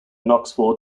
knoxville